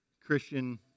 Christian